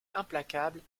implacable